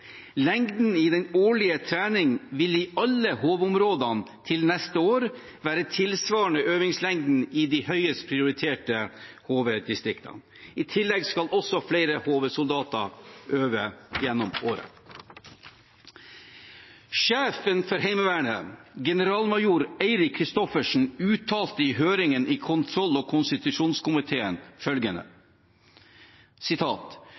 Lengden på den årlige treningen vil i alle HV-områdene til neste år være tilsvarende øvingslengden i de høyest prioriterte HV-distriktene. I tillegg skal flere HV-soldater øve gjennom året. Sjefen for Heimevernet, generalmajor Eirik Johan Kristoffersen, uttalte i høringen i kontroll- og konstitusjonskomiteen følgende: